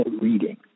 reading